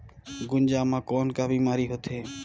गुनजा मा कौन का बीमारी होथे?